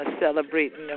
celebrating